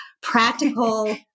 practical